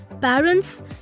parents